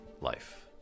life